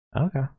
Okay